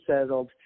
settled